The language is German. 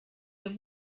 der